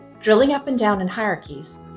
drilling up and down in hierarchies